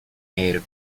air